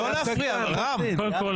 קודם כל,